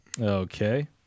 Okay